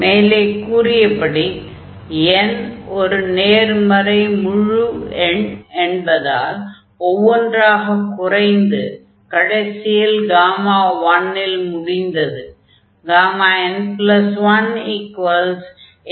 மேலே கூறியபடி n ஒரு நேர்மறை முழு எண் என்பதால் ஒவ்வொன்றாகக் குறைந்து கடைசியில் 1 இல் முடிந்தது